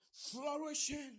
flourishing